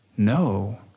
No